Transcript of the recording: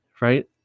right